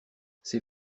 ces